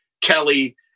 Kelly